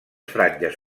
franges